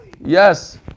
Yes